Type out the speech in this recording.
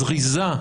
זריזה,